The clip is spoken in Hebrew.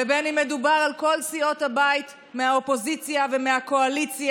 ובין אם מדובר על כל סיעות הבית מהאופוזיציה ומהקואליציה.